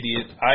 idiot